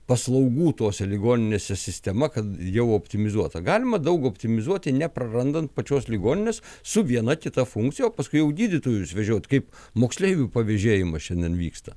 paslaugų tose ligoninėse sistema kad jau optimizuota galima daug optimizuoti neprarandant pačios ligoninės su viena kita funkcija o paskui jau gydytojus vežioti kaip moksleivių pavėžėjimą šiandien vyksta